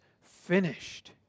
finished